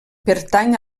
pertany